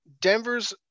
Denver's